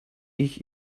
ich